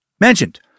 mentioned